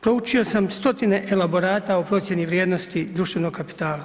Proučio sam stotine elaborata o procijeni vrijednosti društvenog kapitala.